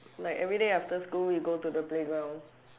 like everyday after school you'll go to the playground